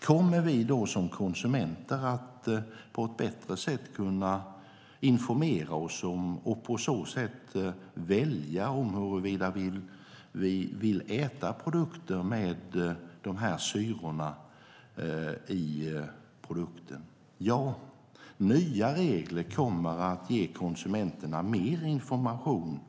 Kommer vi då som konsumenter att på ett bättre sätt kunna informera oss och på så sätt välja huruvida vi vill äta produkter med dessa syror? Ja, nya regler kommer att ge konsumenterna mer information